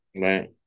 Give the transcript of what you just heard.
Right